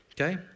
Okay